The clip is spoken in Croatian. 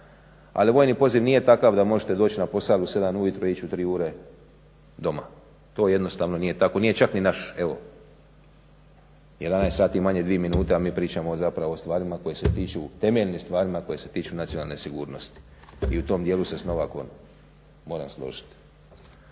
ali vojni poziv nije takav da možete doći na posao u 7 ujutro i ići u 3 ure doma, to jednostavno nije tako, nije čak ni naš, evo 11 sati manje dvije minute, a mi pričamo zapravo o temeljnim stvarima koje se tiču nacionalne sigurnosti i u tom dijelu se s Novakom moram složiti.